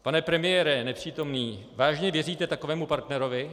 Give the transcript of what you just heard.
Pane premiére, nepřítomný, vážně věříte takovému partnerovi?